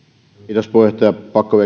kesken puheenjohtaja pakko